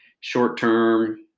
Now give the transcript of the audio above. short-term